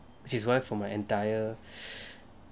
which is why for my entire